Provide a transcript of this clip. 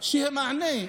המענה,